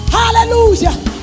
hallelujah